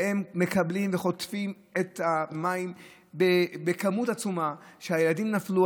והם חוטפים את המים בכמות עצומה שהילדים נפלו.